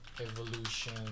evolution